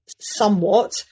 somewhat